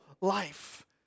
life